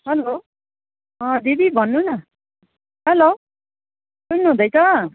hello अँ दिदी भन्नु न हेलो सुन्नुहुँदैछ